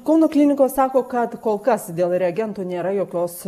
kauno klinikos sako kad kol kas dėl reagentų nėra jokios